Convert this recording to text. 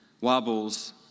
wobbles